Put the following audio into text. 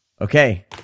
Okay